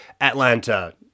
Atlanta